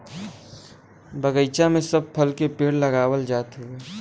बगीचा में सब फल के पेड़ लगावल जात हउवे